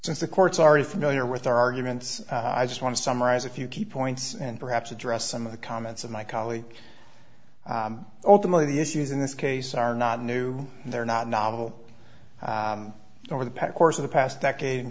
since the court's already familiar with our arguments i just want to summarize a few key points and perhaps address some of the comments of my colleagues ultimately the issues in this case are not new and they're not novel over the course of the past decade in